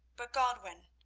but godwin,